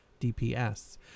dps